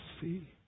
see